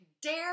dare